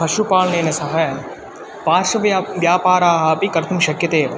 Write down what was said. पशुपालनेन सह पार्श्वः व्याः व्यापाराः अपि कर्तुं शक्यतेव